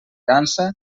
dansa